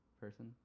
person